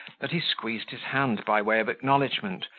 that he squeezed his hand by way of acknowledgment,